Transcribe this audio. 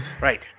Right